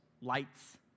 lights